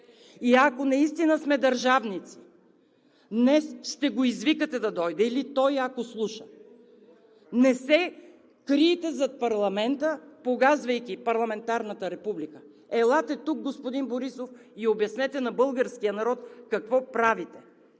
И ако наистина сме държавници, днес ще го извикате да дойде! Или той, ако слуша – не се крийте зад парламента, погазвайки парламентарната република. Елате тук, господин Борисов, и обяснете на българския народ какво правите!